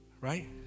Right